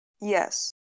Yes